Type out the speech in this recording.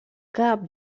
cap